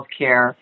healthcare